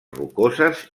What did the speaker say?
rocoses